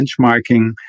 benchmarking